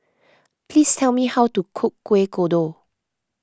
please tell me how to cook Kueh Kodok